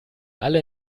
alle